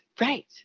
right